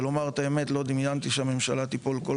ולומר את האמת לא דמיינתי שהממשלה תיפול כל